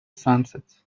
sunset